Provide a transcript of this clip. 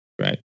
Right